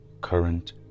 current